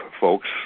folks